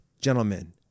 gentlemen